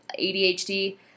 ADHD